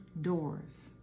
Doors